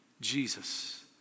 Jesus